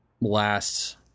last